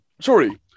sorry